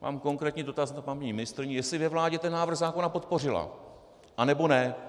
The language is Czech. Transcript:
Mám konkrétní dotaz na paní ministryni, jestli ve vládě ten návrh zákona podpořila, anebo ne.